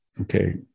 Okay